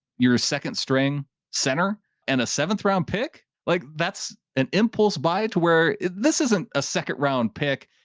you're a second string center and a seventh round pick, like that's an impulse. buy it to where this isn't a second round pick,